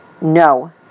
no